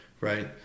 right